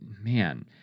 man